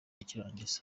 cy’irangiza